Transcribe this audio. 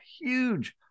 huge